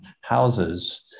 houses